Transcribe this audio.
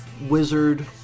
wizard